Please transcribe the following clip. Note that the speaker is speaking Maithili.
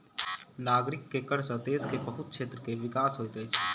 नागरिक के कर सॅ देश के बहुत क्षेत्र के विकास होइत अछि